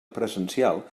presencial